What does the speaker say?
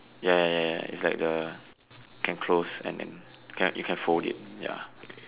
ya ya ya ya it's like the can close and then you you can fold it ya